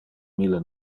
mille